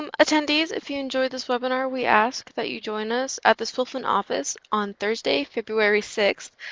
um attendees, if you enjoyed this webinar, we ask that you join us at the swfln office on thursday, february sixth,